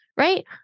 Right